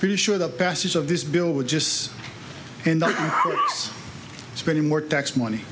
pretty sure the passage of this bill would just end up spending more tax money